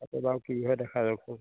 তাকে বাৰু কি হয় দেখা যাওকচোন